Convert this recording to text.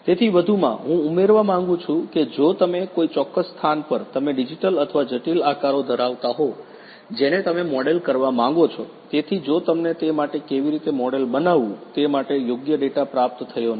તેથી વધુમાં હું ઉમેરવા માંગું છું કે જો તમે કોઈ ચોક્કસ સ્થાન પર તમે જટિલ અથવા જટિલ આકારો ધરાવતા હો જેને તમે મોડેલ કરવા માંગો છો તેથી જો તમને તે માટે કેવી રીતે મોડેલ બનાવવું તે માટે યોગ્ય ડેટા પ્રાપ્ત થયો નથી